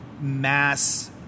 mass